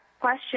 question